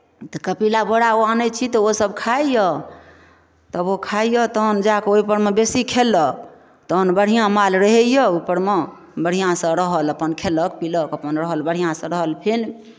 तऽ कपिला बोरा ओ आनैत छी तऽ ओसभ खाइए तऽ ओ खाइए तखन जाए कऽ ओहिपर मे बेसी खेलक तहन बढ़िआँ माल रहए ओहिपर मे बढ़िआँसँ रहल अपन खेलक पीलक अपन रहल बढ़िआँसँ रहल फेर